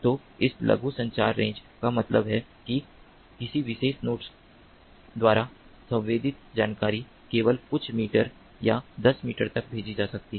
तो इस लघु संचार रेंज का मतलब है कि किसी विशेष नोड द्वारा संवेदित जानकारी केवल कुछ मीटर या दस मीटर तक भेजी जा सकती है